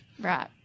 Right